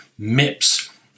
MIPS